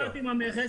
אני דיברתי עם המכס.